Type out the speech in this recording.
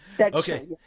okay